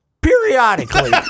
periodically